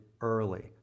early